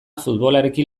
futbolarekin